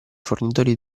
fornitori